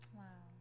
wow